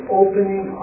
opening